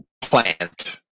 plant